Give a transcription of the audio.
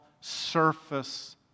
surface